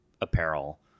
apparel